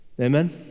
Amen